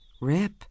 Rip